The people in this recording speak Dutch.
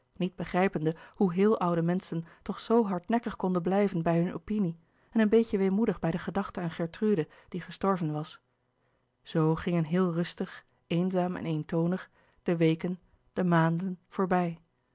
niet begrijpende hoe heel oude menschen toch zoo hardnekkig konden blijven bij hun opinie en een beetje weemoedig bij de gedachte aan gertrude die gestorven was zoo gingen heel rustig eenzaam en eentonig de weken de maanden voorbij